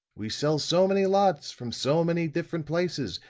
we sell so many lots, from so many different places,